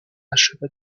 acheva